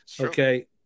Okay